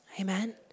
Amen